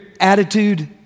attitude